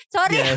Sorry